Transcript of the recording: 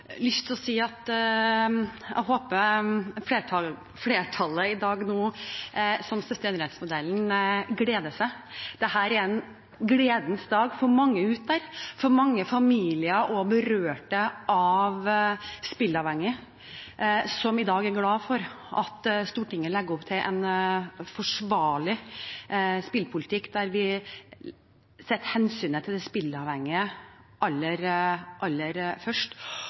en gledens dag for mange der ute, for mange familier og andre som er berørt av spilleavhengige, og som i dag er glad for at Stortinget legger opp til en forsvarlig spillpolitikk, der vi setter hensynet til de spilleavhengige aller, aller først.